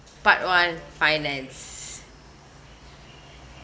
part one finance